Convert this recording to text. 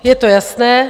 Je to jasné.